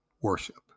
worship